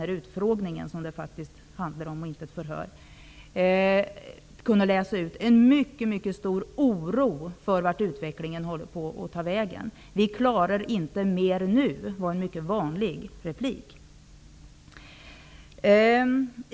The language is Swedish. Det tror jag nog att Beatrice Ask också kunde läsa ut i protokollet från utfrågningen. Det handlade faktiskt om en sådan och inte om ett förhör. ''Vi klarar inte mer nu'', var en mycket vanlig replik.